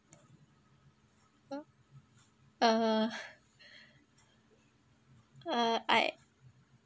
uh uh I